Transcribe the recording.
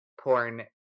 porn